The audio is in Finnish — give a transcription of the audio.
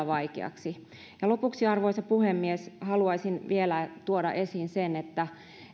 vaikeaksi ja lopuksi arvoisa puhemies haluaisin vielä tuoda esiin sen että